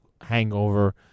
hangover